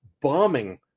bombing